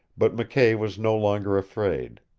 but mckay was no longer afraid.